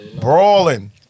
Brawling